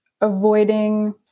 avoiding